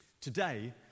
Today